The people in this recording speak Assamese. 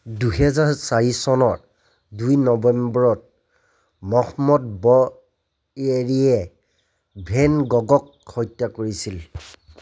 দুহেজাৰ চাৰি চনৰ দুই নৱেম্বৰত মহম্মদ ব'য়েৰীয়ে ভেন গগক হত্যা কৰিছিল